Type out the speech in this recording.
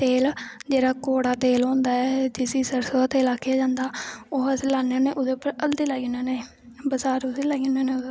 ते जेह्ड़े कौड़ा तेल होंदा ऐ जिसी सरसों दा तेल आक्खेआ जंदा ओह् अस लान्ने होन्ने उस पर हल्दी लान्ने होन्ने बसार बसूर लाई ओड़ने होन्ने ओह्दे पर